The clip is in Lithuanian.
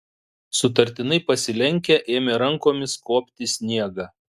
sutartinai pasilenkę ėmė rankomis kuopti sniegą